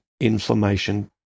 inflammation